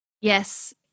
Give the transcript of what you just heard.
Yes